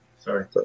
Sorry